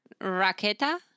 Raqueta